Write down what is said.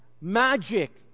magic